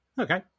Okay